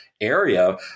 area